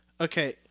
Okay